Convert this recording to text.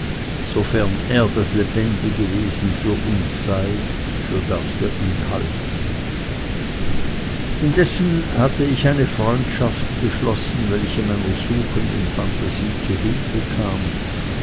sofern er das lebendige wesen für uns sei für das wir ihn halten indessen hatte ich eine freundschaft geschlossen welche meiner suchenden phantasie zu hilfe kam